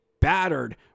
battered